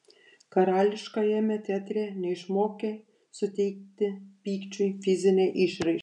karališkajame teatre neišmokė suteikti pykčiui fizinę išraišką